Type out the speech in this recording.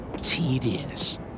Tedious